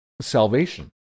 salvation